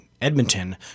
Edmonton